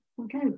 Okay